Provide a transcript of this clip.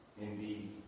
indeed